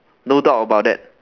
no doubt about that